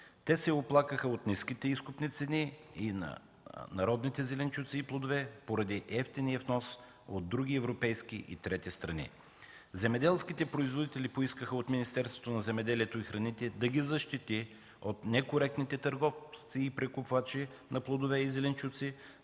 Те се оплакаха от ниските изкупни цени на родните зеленчуци и плодове поради евтиния внос от други европейски и трети страни. Земеделските производители поискаха от Министерството на земеделието и храните да ги защити от некоректните търговци и прекупвачи на плодове и зеленчуци,